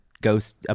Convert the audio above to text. ghost